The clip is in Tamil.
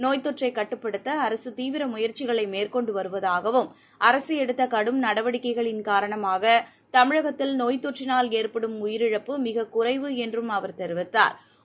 நோய் தொற்றை கட்டுப்படுத்த அரசு தீவிர முயற்சிகளை மேற்கொண்டு வருவதாகவும் எடுத்த கடும் நடவடிக்கைகளின் காரணமாக தமிழகத்தில் நோய் தொற்றினால் ஏற்படும் உயிரிழப்பு மிகக்குறைவு என்றும் அவர் தெரிவித்தாா்